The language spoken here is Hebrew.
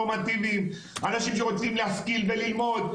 אנשים שרוצים להשכיל וללמוד.